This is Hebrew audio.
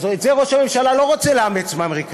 אז את זה ראש הממשלה לא רוצה לאמץ מהאמריקנים.